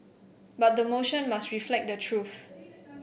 but the motion must reflect the truth